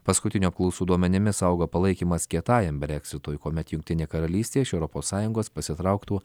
paskutinių apklausų duomenimis auga palaikymas kietajam breksitui kuomet jungtinė karalystė iš europos sąjungos pasitrauktų